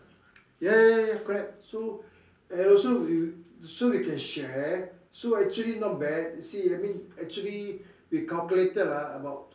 ya ya ya correct so and also we so we can share so actually not bad see I mean actually we calculated ah about